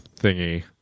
thingy